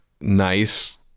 nice